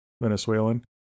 venezuelan